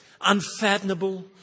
unfathomable